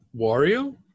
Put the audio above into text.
Wario